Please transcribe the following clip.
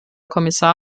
kommissar